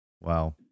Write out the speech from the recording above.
Wow